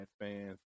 fans